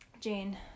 Jane